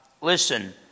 Listen